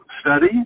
study